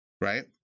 right